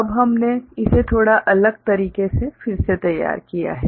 अब हमने इसे थोड़ा अलग तरीके से फिर से तैयार किया है